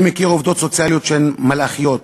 אני מכיר עובדות סוציאליות שהן מלאכיות,